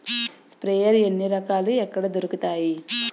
Sprayer ఎన్ని రకాలు? ఎక్కడ దొరుకుతాయి?